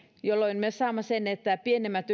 jolloin me saamme sen että pienempien